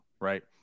right